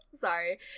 Sorry